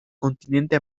continente